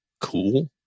cool